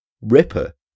Ripper